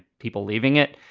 people leaving it.